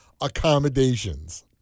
accommodations